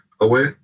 away